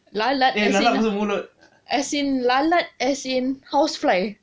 lalat as in ah as in lalat as in housefly